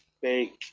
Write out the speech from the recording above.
fake